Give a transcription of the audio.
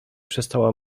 przestała